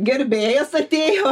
gerbėjas atėjo